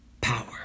power